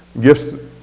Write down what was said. gifts